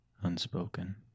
unspoken